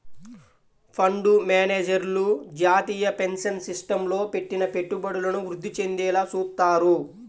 fund మేనేజర్లు జాతీయ pension సిస్టమ్లో పెట్టిన పెట్టుబడులను వృద్ధి చెందేలా చూత్తారు